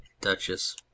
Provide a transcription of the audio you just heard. Duchess